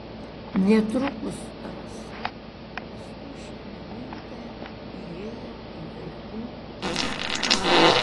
netrukus rasa paskui šeimininkę įėjo į vaikų kambarį